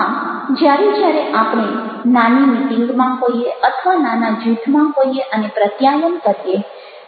આમ જ્યારે જ્યારે આપણે નાની મીટિંગમાં હોઈએ અથવા નાના જૂથમાં હોઈએ અને પ્રત્યાયન કરીએ